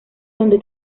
donde